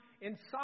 inside